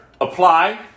apply